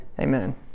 Amen